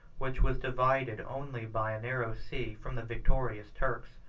which was divided only by a narrow sea from the victorious turks,